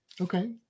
Okay